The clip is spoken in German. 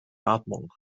atmung